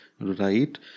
right